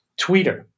tweeter